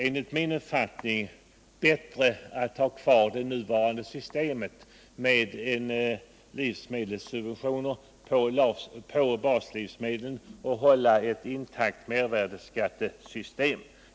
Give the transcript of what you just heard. Enligt min uppfattning är det bättre att ha kvar det nuvarande systemet med subventioner på baslivsmedlen och ett intakt mervärdeskattesystem.